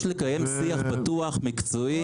יש לקיים שיח פתוח, מקצועי.